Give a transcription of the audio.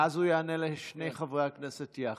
ואז הוא יענה לשני חברי הכנסת יחד.